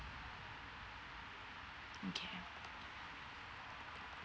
okay